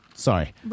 Sorry